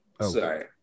sorry